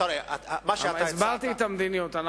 הסברתי את המדיניות.